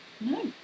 No